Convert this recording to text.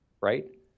right